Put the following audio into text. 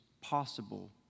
possible